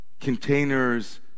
containers